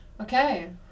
okay